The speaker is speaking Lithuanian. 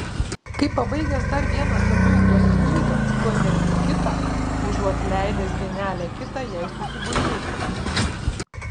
kai pabaigęs dar vieną saviugdos knygą tuoj verti kitą užuot leidęs dienelę kitą jai susigulėti